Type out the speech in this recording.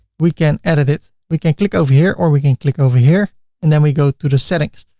we can edit it. we can click over here or we can click over here and then we go to the settings.